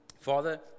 Father